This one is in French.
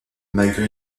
malgré